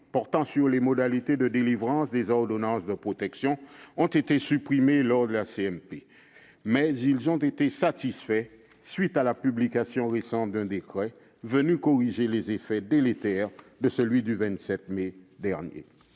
portant sur les modalités de délivrance des ordonnances de protection, ont été supprimés lors de la commission mixte paritaire, mais ils ont été satisfaits à la suite de la publication récente d'un décret venu corriger les effets délétères de celui du 27 mai dernier.